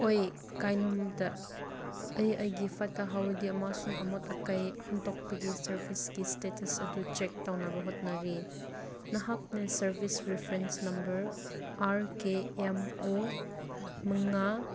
ꯑꯣꯏ ꯀꯩꯅꯣꯝꯇ ꯑꯩ ꯑꯩꯒꯤ ꯐꯠꯇ ꯍꯥꯎꯗꯤ ꯑꯃꯁꯨꯡ ꯑꯃꯣꯠ ꯑꯀꯥꯏ ꯍꯨꯟꯇꯣꯛꯄꯒꯤ ꯁꯔꯕꯤꯁꯀꯤ ꯁ꯭ꯇꯦꯇꯁ ꯑꯗꯨ ꯆꯦꯛ ꯇꯧꯅꯕ ꯍꯣꯠꯅꯔꯤ ꯅꯍꯥꯛꯅ service reference number R K M O ꯃꯉꯥ